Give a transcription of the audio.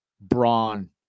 brawn